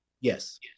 Yes